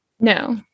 No